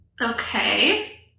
okay